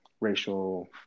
racial